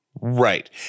Right